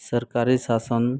ᱥᱚᱨᱠᱟᱨᱤ ᱥᱟᱥᱚᱱ